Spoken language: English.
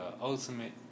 ultimate